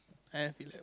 I have eleven